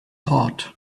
hot